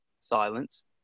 silence